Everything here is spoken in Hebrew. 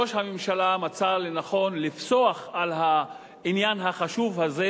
ראש הממשלה מצא לנכון לפסוח על העניין החשוב הזה,